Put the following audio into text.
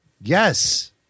yes